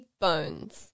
Bones